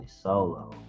solo